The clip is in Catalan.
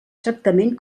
tractament